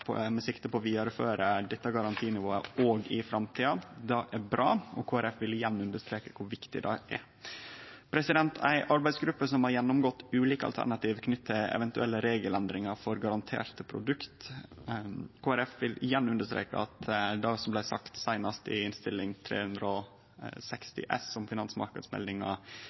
på å vidareføre dette garantinivået òg i framtida. Det er bra, og Kristeleg Folkeparti vil igjen understreke kor viktig det er. Ei arbeidsgruppe har gjennomgått ulike alternativ knytte til eventuelle regelendringar for garanterte produkt. Kristeleg Folkeparti vil igjen understreke det som blei sagt seinast i Innst. 360 S for 2016–2017, om finansmarknadsmeldinga